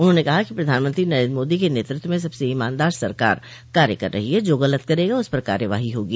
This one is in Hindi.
उन्होंने कहा कि प्रधानमंत्री नरेंद्र मोदी के नेतृत्व में सबसे ईमानदार सरकार कार्य कर रही है जो गलत करेगा उस पर कार्रवाई होगी